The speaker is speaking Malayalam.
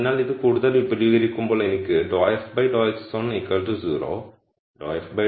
അതിനാൽ ഇത് കൂടുതൽ വിപുലീകരിക്കുമ്പോൾ എനിക്ക് ∂f ∂x1 0